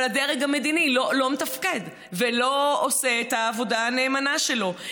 אבל הדרג המדיני לא מתפקד ולא עושה את העבודה הנאמנה שלו.